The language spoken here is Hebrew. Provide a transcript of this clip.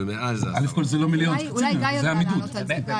ומעל זה --- אולי גיא יודע לענות על זה.